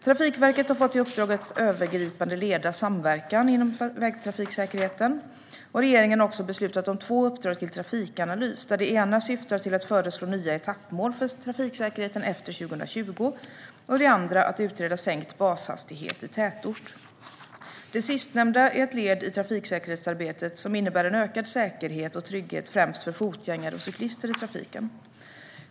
Trafikverket har fått i uppdrag att övergripande leda samverkan inom vägtrafiksäkerheten. Regeringen har också beslutat om två uppdrag till Trafikanalys, där det ena syftar till att föreslå nya etappmål för trafiksäkerheten efter 2020 och det andra till att utreda sänkt bashastighet i tätort. Det sistnämnda är ett led i trafiksäkerhetsarbetet som innebär en ökad säkerhet och trygghet främst för fotgängare och cyklister i trafiken.